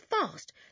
fast